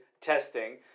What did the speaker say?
testing